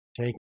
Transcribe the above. take